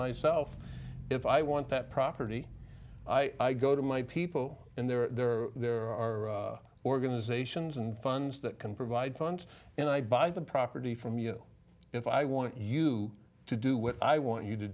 myself if i want that property i go to my people and there are there are organizations and funds that can provide funds and i buy the property from you if i want you to do what i want you to